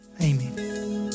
Amen